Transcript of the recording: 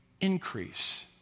Increase